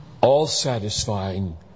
all-satisfying